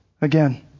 again